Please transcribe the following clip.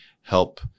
help